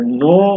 no